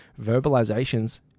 verbalizations